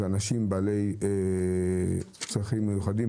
זה אנשים בעלי צרכים מיוחדים,